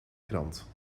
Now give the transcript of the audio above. krant